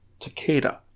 Takeda